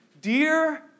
dear